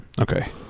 Okay